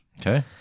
Okay